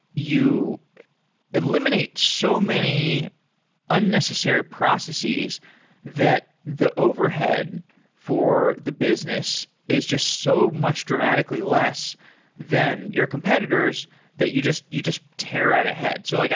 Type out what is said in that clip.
you eliminate so many unnecessary processes that the overhead for the business is just so much dramatically less than your competitors that you just you just tear out ahead. so, like